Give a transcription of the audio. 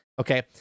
okay